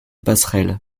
passerelle